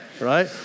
right